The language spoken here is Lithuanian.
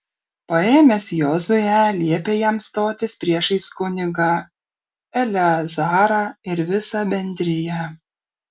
paėmęs jozuę liepė jam stotis priešais kunigą eleazarą ir visą bendriją